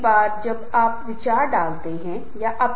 लेकिन जीवन सार्थक होना चाहिए